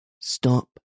Stop